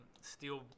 steel